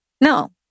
no